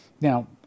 Now